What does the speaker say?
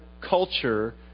culture